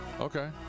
Okay